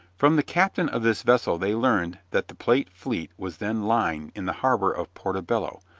from the captain of this vessel they learned that the plate fleet was then lying in the harbor of porto bello,